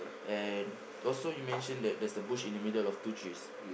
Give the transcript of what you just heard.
and also you mention that there's a bush in the middle of two trees